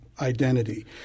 identity